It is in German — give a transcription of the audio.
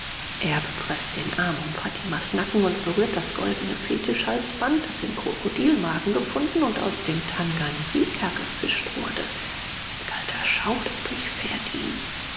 erb preßt den arm um fatimas nacken und berührt das goldene fetischhalsband das im krokodilmagen gefunden und aus dem tanganjika gefischt wurde ein kalter schauder durchfährt ihn